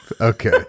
Okay